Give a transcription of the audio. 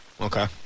Okay